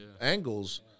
angles